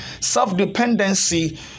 self-dependency